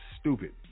stupid